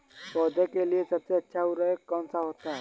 पौधे के लिए सबसे अच्छा उर्वरक कौन सा होता है?